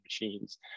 machines